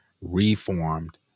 reformed